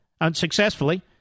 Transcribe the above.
unsuccessfully